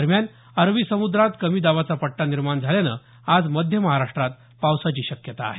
दरम्यान अरबी समुद्रात कमी दाबाचा पट्टा निर्माण झाल्यानं आज मध्य महाराष्ट्रात पावसाची शक्यता आहे